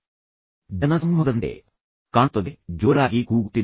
ಮತ್ತು ಇದು ಜನಸಮೂಹದಂತೆ ಕಾಣುತ್ತದೆ ಸ್ವಲ್ಪ ಜೋರಾಗಿ ಕೂಗುತ್ತಿದೆ